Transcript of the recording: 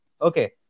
Okay